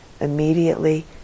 immediately